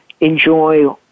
enjoy